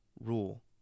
rule